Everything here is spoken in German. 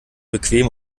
bequem